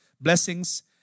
Blessings